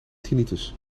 tinnitus